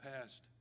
past